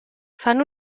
fan